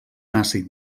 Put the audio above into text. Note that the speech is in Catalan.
àcid